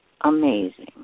amazing